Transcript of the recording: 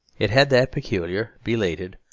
it had that peculiar, belated,